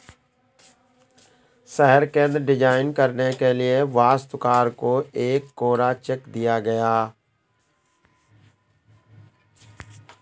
शहर केंद्र डिजाइन करने के लिए वास्तुकार को एक कोरा चेक दिया गया